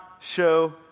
show